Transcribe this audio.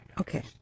Okay